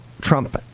Trump